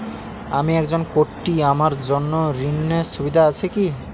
আমি একজন কট্টি আমার জন্য ঋণের সুবিধা আছে কি?